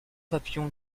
papillon